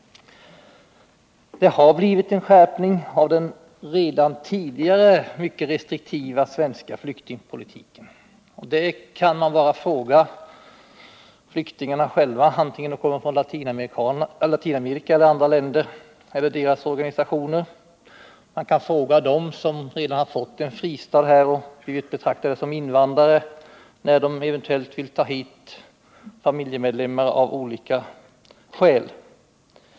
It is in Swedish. Det har blivit en skärpning av den redan tidigare mycket restriktiva svenska flyktingpolitiken. För att få det bestyrkt kan man bara fråga flyktingarna själva, vare sig de kommer från Latinamerika eller från andra länder, eller deras organisationer. Man kan fråga dem som redan har fått en fristad här och blivit betraktade som invandrare hur det är när de eventuellt vill ta hit familjemedlemmar av olika skäl.